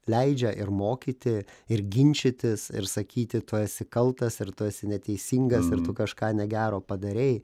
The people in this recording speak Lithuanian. leidžia ir mokyti ir ginčytis ir sakyti tu esi kaltas ir tu esi neteisingas ir tu kažką negero padarei